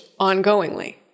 ongoingly